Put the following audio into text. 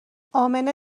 امنه